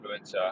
influencer